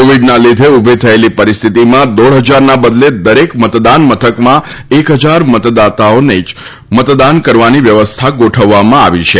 કોવિડના લીધે ઊભી થયેલી પરિસ્થિતિમાં દોઢ હજારના બદલે દરેક મતદાન મથકમાં એક હજાર મતદાતાઓને જ મતદાન કરવાની વ્યવસ્થા ગોઠવવામાં આવી છે